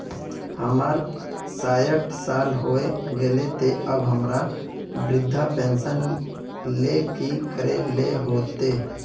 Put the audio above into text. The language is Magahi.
हमर सायट साल होय गले ते अब हमरा वृद्धा पेंशन ले की करे ले होते?